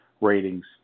ratings